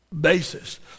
Basis